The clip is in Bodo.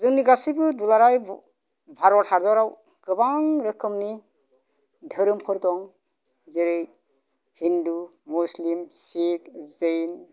जोंनि गासिबो दुलाराय भारत हादराव गोबां रोखोमनि धोरोमफोर दं जेरै हिन्दु मुस्लिम सिख जैन